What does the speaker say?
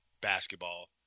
basketball